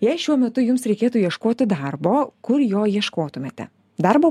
jei šiuo metu jums reikėtų ieškoti darbo kur jo ieškotumėte darbo